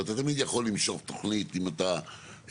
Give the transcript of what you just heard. אבל אתה תמיד יכול למשוך תוכנית אם אתה רוצה.